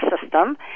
system